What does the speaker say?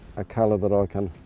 a colour that i can